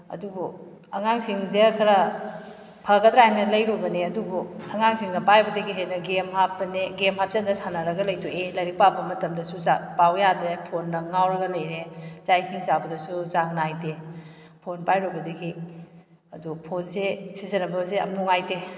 ꯑꯗꯨꯕꯨ ꯑꯉꯥꯡꯁꯤꯡꯁꯦ ꯈꯔ ꯐꯒꯗ꯭ꯔꯥ ꯍꯥꯏꯅ ꯂꯩꯔꯨꯕꯅꯦ ꯑꯗꯨꯕꯨ ꯑꯉꯥꯡꯁꯤꯡꯅ ꯄꯥꯏꯕꯗꯒꯤ ꯍꯦꯟꯅ ꯒꯦꯝ ꯍꯥꯞꯄꯅꯦ ꯒꯦꯝ ꯍꯥꯞꯆꯤꯟꯗꯅ ꯁꯥꯟꯅꯔꯒ ꯂꯩꯊꯣꯛꯏ ꯂꯥꯏꯔꯤꯛ ꯄꯥꯕ ꯃꯇꯝꯗꯁꯨ ꯄꯥꯎ ꯌꯥꯗ꯭ꯔꯦ ꯐꯣꯟꯗ ꯉꯥꯎꯔꯒ ꯂꯩꯔꯦ ꯆꯥꯛ ꯏꯁꯤꯡ ꯆꯥꯕꯗꯁꯨ ꯆꯥꯡ ꯅꯥꯏꯗꯦ ꯐꯣꯟ ꯄꯥꯏꯔꯨꯕꯗꯒꯤ ꯑꯗꯨ ꯐꯣꯟꯁꯦ ꯁꯤꯖꯟꯅꯕꯁꯦ ꯌꯥꯝ ꯅꯨꯡꯉꯥꯏꯇꯦ